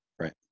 Right